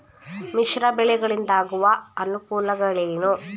ಮಿಶ್ರ ಬೆಳೆಗಳಿಂದಾಗುವ ಅನುಕೂಲಗಳೇನು?